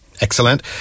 Excellent